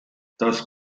das